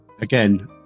Again